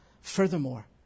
Furthermore